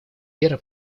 вера